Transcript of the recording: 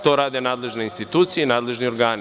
To rade nadležne institucije i nadležni organi.